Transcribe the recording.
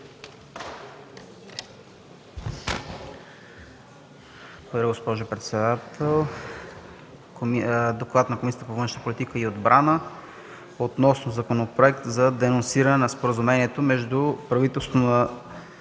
Благодаря, госпожо председател. „ДОКЛАД на Комисията по външна политика и отбрана относно Законопроект за денонсиране на Споразумението между правителството на